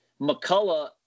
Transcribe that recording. McCullough